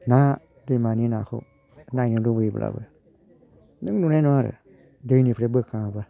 ना दैमानि नाखौ नायनो लुबैब्लाबो नों नुनाय नङा आरो दैनिफ्राय बोखाङाबा